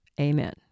Amen